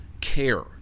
care